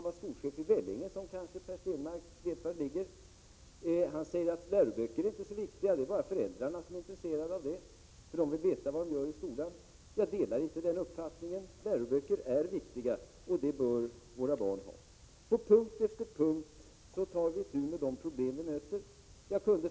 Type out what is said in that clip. Han är skolchef i Vellinge, som Per Stenmarck kanske vet var det ligger. Skolchefen säger att läroböcker inte är så viktiga, att det bara är föräldrarna som är intresserade av dem eftersom de vill veta vad barnen gör i skolan. Jag delar inte den uppfattningen. Läroböcker är viktiga och våra barn bör ha sådana. På punkt efter punkt tar vi itu med de problem vi möter.